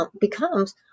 becomes